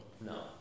No